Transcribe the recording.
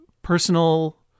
Personal